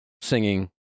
singing